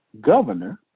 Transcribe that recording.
governor